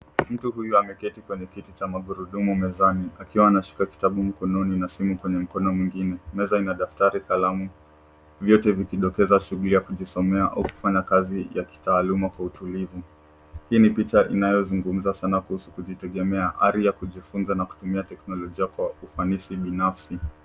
Mtu huyu ameketi kwenye kiti cha magurudumu mezani. Akiwa anashika kitabu mkononi na simu kwenye mkono mwingine. Meza ina daftari kalamu, vyote vikidokeza shughuli ya kujisomea au kufanya kazi ya kitaaluma kwa utulivu, Hii ni picha inayozungumza sana kuhusu kujitegemea, ari ya kujifunza na kutumia teknolojia kwa ufanisi binafsi.